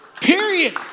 Period